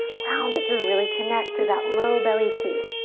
round it through, really connect through that low belly too.